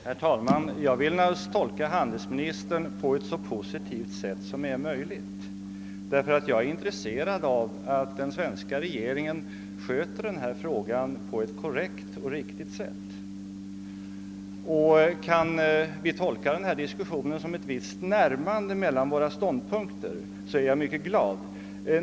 Herr talman! Jag vill naturligtvis tolka handelsministern på ett så positivt sätt som möjligt, eftersom jag är intresserad av att den svenska regeringen handlägger denna fråga på ett korrekt och riktigt sätt. Om vi kan tolka denna diskussion så att ett visst närmande skett mellan våra ståndpunkter skulle jag vara mycket glad.